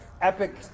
epic